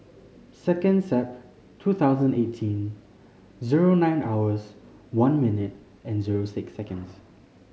second September two thousand eighteen zero nine hours one minute and zero six seconds